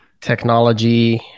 technology